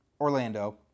Orlando